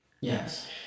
Yes